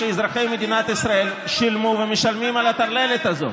ואזרחי מדינת ישראל שילמו ומשלמים על הטרללת הזאת.